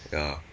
ya